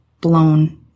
Blown